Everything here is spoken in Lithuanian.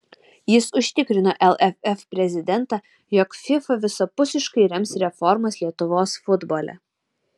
jis užtikrino lff prezidentą jog fifa visapusiškai rems reformas lietuvos futbole